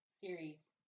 series